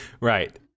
Right